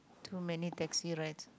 too many taxi rides